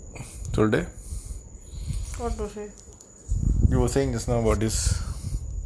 what to say